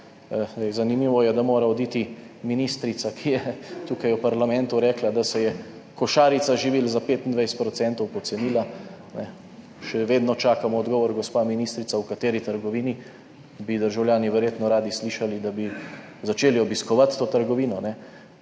zanimivo je, da mora oditi ministrica, ki je tukaj v parlamentu rekla, da se je košarica živil za 25 % pocenila. Še vedno čakamo odgovor, gospa ministrica, v kateri trgovini bi državljani verjetno radi slišali, da bi začeli obiskovati to trgovino,